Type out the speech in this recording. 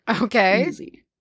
Okay